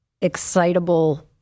excitable